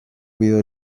pido